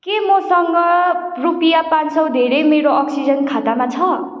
के मसँग रुपियाँ पाँच सौ धेरै मेरो अक्सिजेन खातामा छ